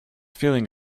feeling